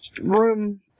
room